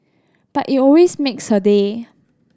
but it always makes her day